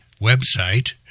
website